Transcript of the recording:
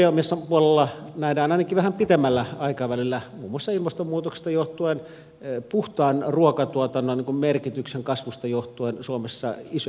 myös peltobiomassan puolella nähdään ainakin vähän pidemmällä aikavälillä muun muassa ilmastonmuutoksesta johtuen puhtaan ruokatuotannon merkityksen kasvusta johtuen suomessa isojakin mahdollisuuksia